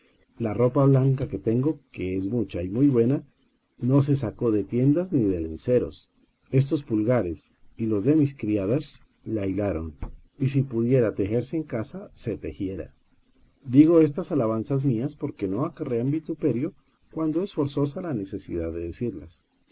la ropa blanca que tengo que es mucha y muy buena no se sacó de tiendas ni lenceros estos pulgares y los de mis criadas la hilaron y si pudiera tejerse en casa se tejiera digo estas alabanzas mías porque no acarrean vituperio cuando es forzosa la necesidad de decirlas